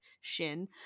shin